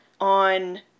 on